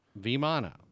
Vimana